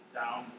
down